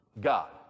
God